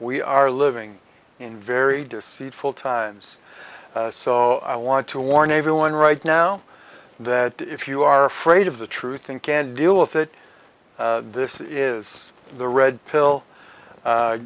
we are living in very deceitful times so i want to warn everyone right now that if you are afraid of the truth and can deal with it this is the red pill